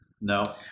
no